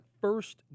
first